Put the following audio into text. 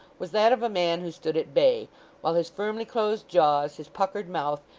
was that of a man who stood at bay while his firmly closed jaws, his puckered mouth,